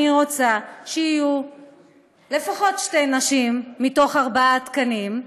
אני רוצה שיהיו לפחות שתי נשים מתוך ארבעה תקנים,